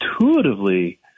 intuitively